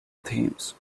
themes